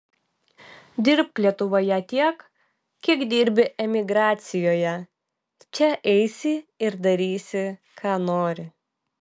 dirbk lietuvoje tiek kiek dirbi emigracijoje čia eisi ir darysi ką nori